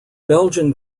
belgian